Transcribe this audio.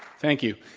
thank you.